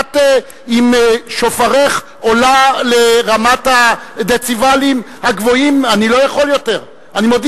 אל תדאגו לחברים שלי, אני כבר דאגתי להם.